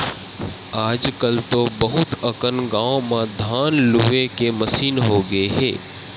आजकल तो बहुत अकन गाँव म धान लूए के मसीन होगे हे